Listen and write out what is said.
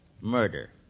murder